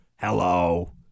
hello